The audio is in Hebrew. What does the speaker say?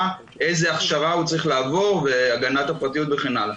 איזו הכשרה הוא צריך לעבור והגנת הפרטיות וכן הלאה.